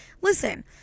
listen